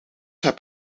heb